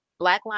blackline